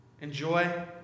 enjoy